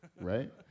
right